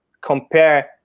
compare